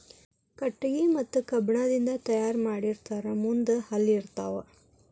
ಕಟಗಿ ಮತ್ತ ಕಬ್ಬಣ ರಿಂದ ತಯಾರ ಮಾಡಿರತಾರ ಮುಂದ ಹಲ್ಲ ಇರತಾವ